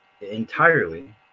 entirely